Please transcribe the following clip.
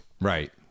Right